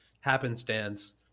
happenstance